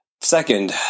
second